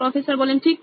professor ঠিক